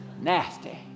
Nasty